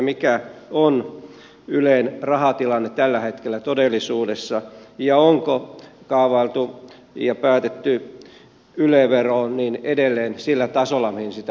mikä on ylen rahatilanne tällä hetkellä todellisuudessa ja onko kaavailtu ja päätetty yle vero edelleen sillä tasolla mihin sitä on ajateltu